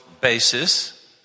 basis